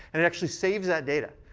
and it actually saves that data.